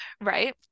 Right